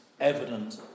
evident